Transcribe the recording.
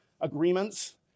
agreements